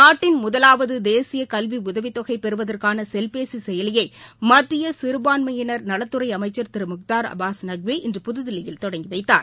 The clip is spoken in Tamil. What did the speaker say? நாட்டின் முதலாவதுதேசியகல்விஉதவித்தொகைபெறுவதற்கானசெல்பேசிசெயலியைமத்தியசிறுபான்மையினா் நலத்துறைஅமைச்சர் திருமுக்தார் அபாஸ் நக்வி இன்று புதுதில்லியில் தொடங்கிவைத்தார்